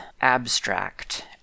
Abstract